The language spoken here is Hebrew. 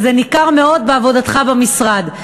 וזה ניכר מאוד בעבודתך במשרד.